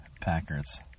Packers